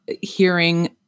hearing